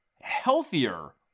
healthier